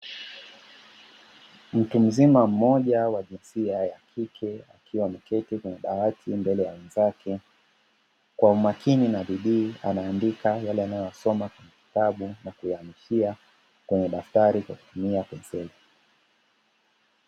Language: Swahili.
Mtu mzima mmoja wa jinsia ya kike akiwa ameketi kwenye dawati mbele ya wenzake kwa umakini na bidii anaandika yale anayoya yasoma kwenye kitabu na kuyaamishia kwenye daftari kwa kutumia penseli